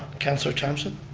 councilor thompson?